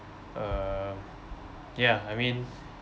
uh ya I mean